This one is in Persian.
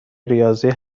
ریاضی